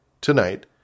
tonight